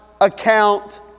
account